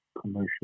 commercial